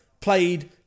played